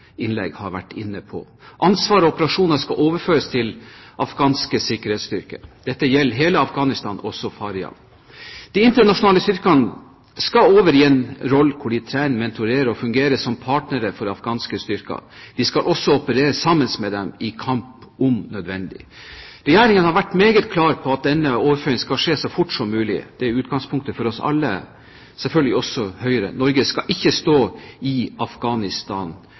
har vært inne på. Ansvar og operasjoner skal overføres til afghanske sikkerhetsstyrker. Dette gjelder hele Afghanistan, også Faryab. De internasjonale styrkene skal over i en rolle hvor de trener, mentorerer og fungerer som partnere for de afghanske styrkene. De skal også operere sammen med dem i kamp, om nødvendig. Regjeringen har vært meget klar på at den overføringen skal skje så fort som mulig. Det er utgangspunktet for oss alle, selvfølgelig også for Høyre. Norge skal ikke stå i Afghanistan